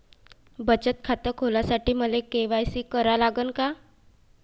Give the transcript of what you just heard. बचत खात खोलासाठी मले के.वाय.सी करा लागन का?